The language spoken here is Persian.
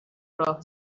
راه